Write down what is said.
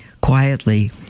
Quietly